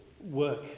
work